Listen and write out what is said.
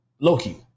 Loki